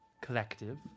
collective